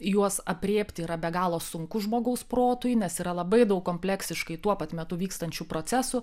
juos aprėpti yra be galo sunku žmogaus protui nes yra labai daug kompleksiškai tuo pat metu vykstančių procesų